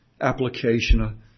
application